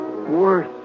worse